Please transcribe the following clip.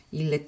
il